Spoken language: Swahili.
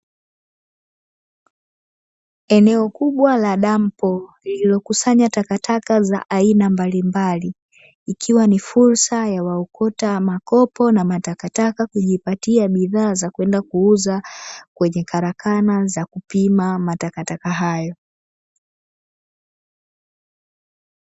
Eneo kubwa la dampo, lililokusanya takataka za aina mbalimbali, ikiwa ni fursa ya waokota makopo na matakataka kujipatia bidhaa za kwenda kuuza kwenye karakana za kupima matakataka hayo.